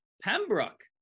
Pembroke